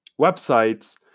websites